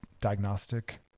diagnostic